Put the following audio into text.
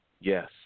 Yes